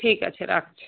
ঠিক আছে রাখছি